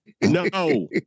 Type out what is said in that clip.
No